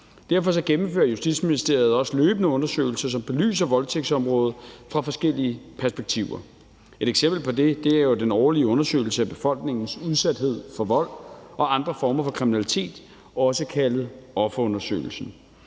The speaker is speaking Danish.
Derfor gennemfører Justitsministeriet også løbende undersøgelser, som belyser voldtægtsområdet fra forskellige perspektiver. Et eksempel på det er jo den årlige undersøgelse af befolkningens udsathed for vold og andre former for kriminalitet, også kaldet offerundersøgelsen.